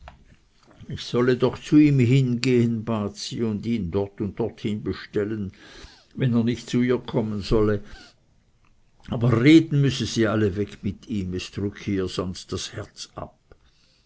ich solle doch zu ihm hingehen bat sie und ihn dort und dort hin bestellen wenn er nicht zu ihr kommen wolle aber reden müsse sie allweg mit ihm es drücke ihr sonst das herz ab